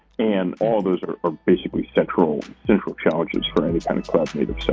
and all of those are are basically central central challenges for any kind of cloud native so